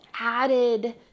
added